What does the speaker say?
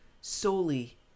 solely